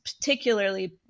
particularly